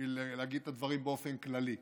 בשביל להגיד את הדברים באופן כללי,